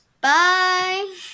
bye